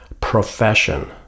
profession